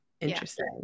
interesting